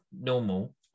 normal